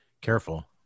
Careful